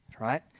right